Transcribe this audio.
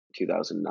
2009